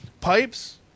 Pipes